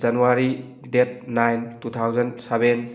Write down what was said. January date nine two thousand seven